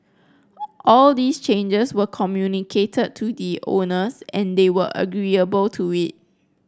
all these changes were communicated to the owners and they were agreeable to it